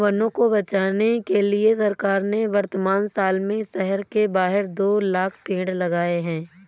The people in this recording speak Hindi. वनों को बचाने के लिए सरकार ने वर्तमान साल में शहर के बाहर दो लाख़ पेड़ लगाए हैं